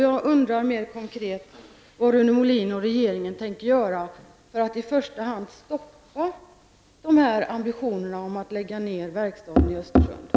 Jag undrar vad regeringen och Rune Molin mer konkret tänker göra för att i första hand stoppa ambitionen att lägga ned verkstaden i Östersund.